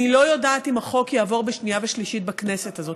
אני לא יודעת אם החוק יעבור בשנייה ושלישית בכנסת הזאת.